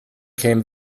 came